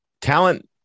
Talent